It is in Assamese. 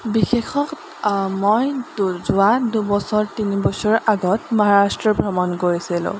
বিশেষক মই যোৱা দুবছৰ তিনিবছৰ আগত মহাৰাষ্ট্ৰ ভ্ৰমণ কৰিছিলোঁ